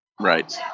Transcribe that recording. Right